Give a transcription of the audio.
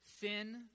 Sin